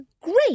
great